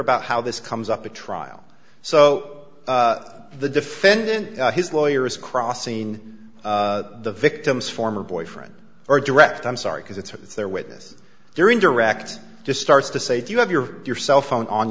about how this comes up to trial so the defendant his lawyer is crossing the victim's former boyfriend or direct i'm sorry because it's their witness during direct just starts to say do you have your your cell phone on